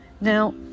Now